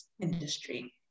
industry